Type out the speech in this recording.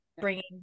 bringing